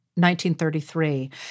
1933